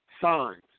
signs